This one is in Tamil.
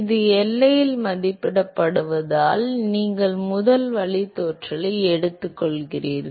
இது எல்லையில் மதிப்பிடப்படுவதால் நீங்கள் முதல் வழித்தோன்றலை எடுத்துக்கொள்கிறீர்கள்